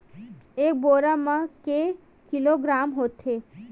एक बोरी म के किलोग्राम होथे?